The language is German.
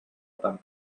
beim